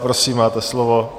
Prosím, máte slovo.